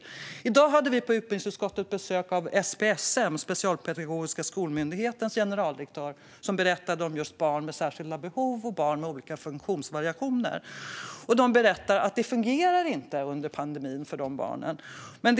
I dag hade vi i utbildningsutskottet besök av generaldirektören för SPSM, Specialpedagogiska skolmyndigheten, som berättade om just barn med särskilda behov och barn med olika funktionsvariationer. SPSM berättade att det inte fungerar för dessa barn under pandemin.